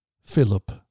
Philip